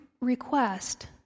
request